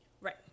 Right